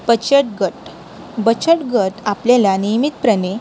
बचतगट बचतगट आपल्याला नियमितपणे